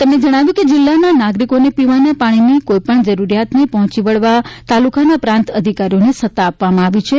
તેમણે જણાવ્યું કે જિલ્લાના નાગરિકોને પીવાના પાણીની કોઈપણ જરૂરિયાત ને પહોંચી વળવા તાલુકાના પ્રાંત અધિકારીઓને સત્તા આપવામાં આવી છે